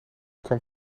kwam